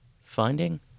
finding